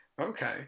okay